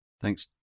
Thanks